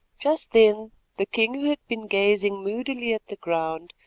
just then the king, who had been gazing moodily at the ground,